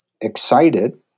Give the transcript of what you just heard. excited